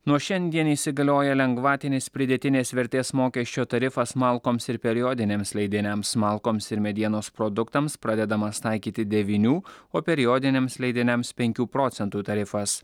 nuo šiandien įsigalioja lengvatinis pridėtinės vertės mokesčio tarifas malkoms ir periodiniams leidiniams malkoms ir medienos produktams pradedamas taikyti devynių o periodiniams leidiniams penkų procentų tarifas